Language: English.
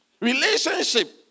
Relationship